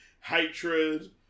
hatred